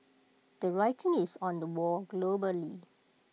the writing is on the wall globally